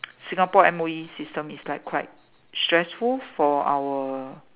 Singapore M_O_E system is like quite stressful for our